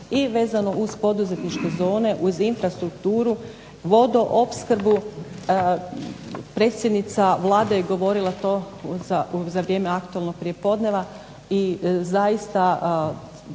i vezano uz poduzetničke zone uz infrastrukturu, vodoopskrbu, predsjednica Vlade je govorila to za vrijeme aktualnog prijepodneva i zaista